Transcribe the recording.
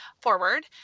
forward